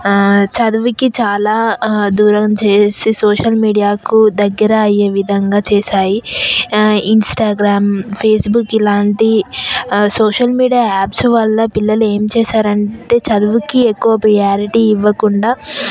చదువుకు చాలా దూరం చేసి సోషల్ మీడియాకు దగ్గరయ్యే విధంగా చేశాయి ఇన్స్టాగ్రామ్ ఫేస్బుక్ ఇలాంటి సోషల్ మీడియా యాప్స్ వల్ల పిల్లలు ఏం చేస్తారంటే చదువుకు ఎక్కువ ప్రియారిటీ ఇవ్వకుండా